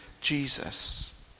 Jesus